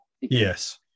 Yes